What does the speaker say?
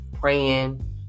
praying